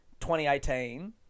2018